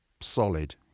solid